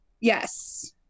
Yes